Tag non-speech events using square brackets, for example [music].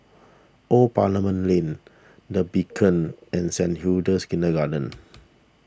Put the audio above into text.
Old Parliament Lane the Beacon [noise] and Saint Hilda's Kindergarten